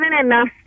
enough